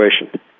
situation